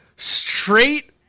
straight